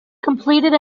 completed